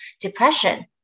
depression